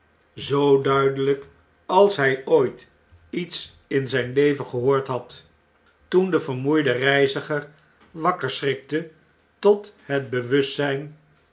gesproken waren als hy ooit iets in zyn leven gehoord had toen de vermoeide reiziger wakker schrikte tot het bewustzijn